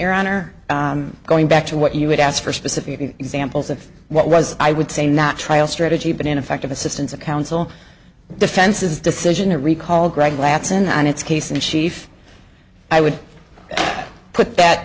your honor going back to what you would ask for specific examples of what was i would say not trial strategy but ineffective assistance of counsel defenses decision to recall greg ladson on its case in chief i would put that